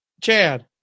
Chad